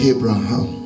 Abraham